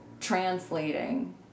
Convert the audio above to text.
translating